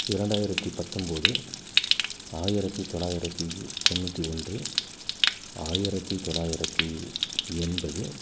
இரண்டாயிரத்தி பத்தொம்போது ஆயிரத்தி தொள்ளாயிரத்தி தொண்ணூற்றி ஒன்று ஆயிரத்தி தொள்ளாயிரத்தி எண்பது